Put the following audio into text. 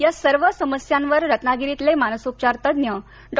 या सर्व समस्यांवर रत्नागिरीतले मानसोपचार तज्ज्ञ डॉ